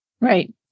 right